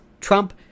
Trump